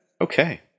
Okay